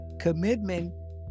commitment